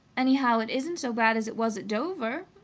anyhow, it isn't so bad as it was at dover,